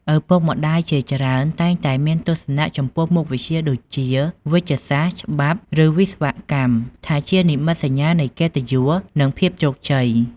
ឪពុកម្ដាយជាច្រើនតែងតែមានទស្សនៈចំពោះមុខវិជ្ជាដូចជា វេជ្ជសាស្ត្រ ច្បាប់ ឬវិស្វកម្ម ថាជានិមិត្តសញ្ញានៃកិត្តិយស និងភាពជោគជ័យ។